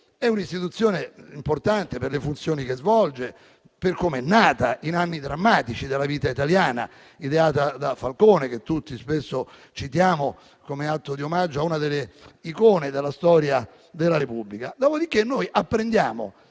È un'istituzione importante, per le funzioni che svolge e per come è nata, in anni drammatici della vita italiana. Fu ideata da Giovanni Falcone, che tutti spesso citiamo come atto di omaggio ad una delle icone della storia della Repubblica.